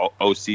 OC